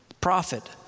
Prophet